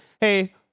hey